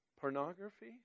pornography